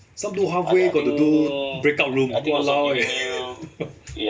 some do halfway got to do breakout room !walao! eh